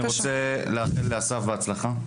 קודם כול, אני רוצה לאחל לאסף בהצלחה.